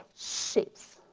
shapes.